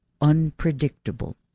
unpredictable